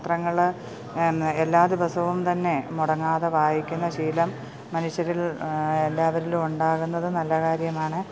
പത്രങ്ങൾ എല്ലാദിവസവും തന്നെ മുടങ്ങാതെ വായിക്കുന്ന ശീലം മനുഷ്യരിൽ എല്ലാവരിലും ഉണ്ടാവുന്നത് നല്ലകാര്യമാണ്